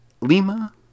Lima